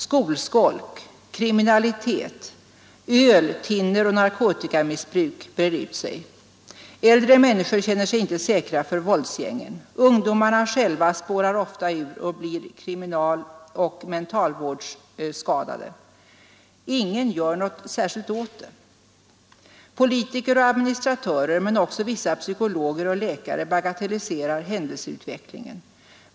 Skolskolk, kriminalitet, öl-, thinneroch narkotikamissbruk breder ut sig. Äldre människor känner sig inte säkra för våldsgängen. Ungdomarna själva spårar ofta ur och blir kriminaloch mentalvårdsfall. Ingen gör något särskilt åt det hela. ——— Politiker och administratörer men oc vissa psykologer och läkare bagatelliserar händelseutvecklingen.